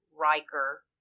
Riker